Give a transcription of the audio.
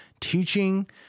Teaching